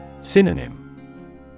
Synonym